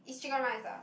is chicken rice ah